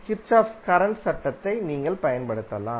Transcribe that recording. கிர்ச்சோஃப்பின் கரண்ட் சட்டத்தை நீங்கள் பயன்படுத்தலாம்